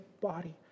body